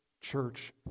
church